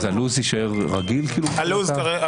הלו"ז רגיל?